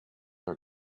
are